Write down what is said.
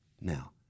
Now